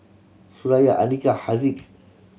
Suraya Andika Haziq